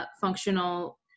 functional